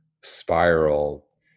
spiral